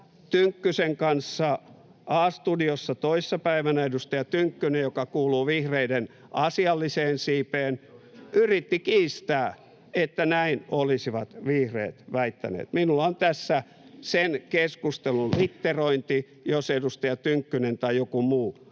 Tynkkysen kanssa A-studiossa toissa päivänä, niin edustaja Tynkkynen, joka kuuluu vihreiden asialliseen siipeen, yritti kiistää, että näin olisivat vihreät väittäneet. Minulla on tässä sen keskustelun litterointi, jos edustaja Tynkkynen [Leena